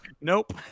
Nope